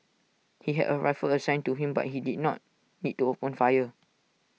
he had A rifle assigned to him but he did not need to open fire